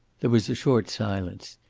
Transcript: there was a short silence.